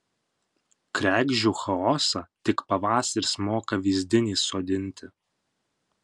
kregždžių chaosą tik pavasaris moka vyzdin įsodinti